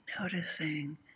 noticing